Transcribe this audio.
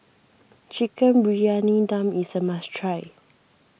Chicken Briyani Dum is a must try